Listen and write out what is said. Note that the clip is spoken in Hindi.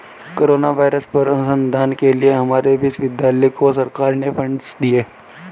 कोरोना वायरस पर अनुसंधान के लिए हमारे विश्वविद्यालय को सरकार ने फंडस दिए हैं